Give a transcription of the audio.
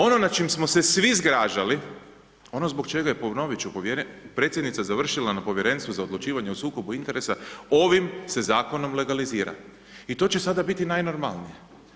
Ono nad čim smo se svi zgražali, ono zbog čega je ponoviti, predsjednica završila na povjerenstvu za odlučivanje o sukobu interesa, ovim se zakonom legalizira i to će sada biti najnormalnije.